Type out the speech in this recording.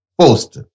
post